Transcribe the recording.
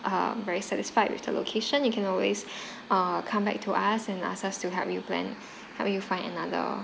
um very satisfied with the location you can always uh come back to us and ask us to help you plan help you find another